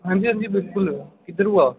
हां जी हां जी बिलकुल कुद्धर होआ